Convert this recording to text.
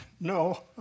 no